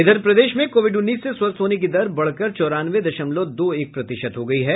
उधर प्रदेश में कोविड उन्नीस से स्वस्थ होने की दर बढ़कर चौरानवे दशमलव दो एक प्रतिशत हो गयी है